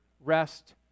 rest